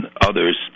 others